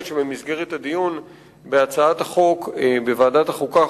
שבמסגרת הדיון בהצעת החוק בוועדת החוקה,